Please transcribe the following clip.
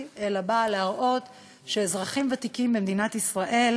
אלא היא באה להראות שאזרחים ותיקים במדינת ישראל,